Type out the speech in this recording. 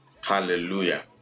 Hallelujah